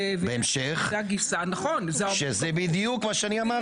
וההמשך, שזה בדיוק מה שאני אמרתי.